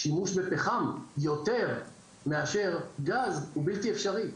שימוש בפחם יותר מאשר גז הוא בלתי אפשרי,